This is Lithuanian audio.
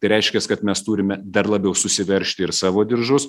tai reiškias kad mes turime dar labiau susiveržti ir savo diržus